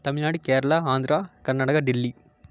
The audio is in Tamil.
தமிழ்நாடு கேரளா ஆந்திரா கர்நாடகா டெல்லி